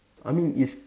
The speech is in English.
I mean is